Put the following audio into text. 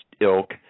ilk